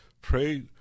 Pray